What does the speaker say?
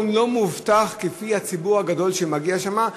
לא מאובטח לפי הציבור הגדול שמגיע לשם,